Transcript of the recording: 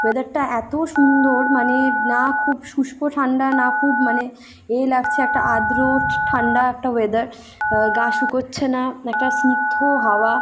ওয়েদারটা এতো সুন্দর মানে না খুব শুষ্ক ঠান্ডা না খুব মানে এ লাগছে একটা আর্দ্র ঠান্ডা একটা ওয়েদার গা শুকোচ্ছে না একটা স্নিগ্ধ হাওয়া